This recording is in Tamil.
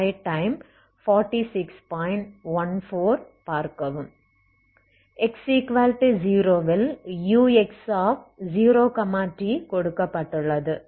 x0 ல் ux0t கொடுக்கப்பட்டுள்ளது